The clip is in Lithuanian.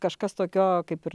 kažkas tokio kaip ir